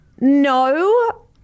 No